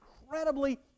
incredibly